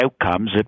outcomes